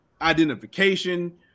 identification